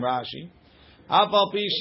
Rashi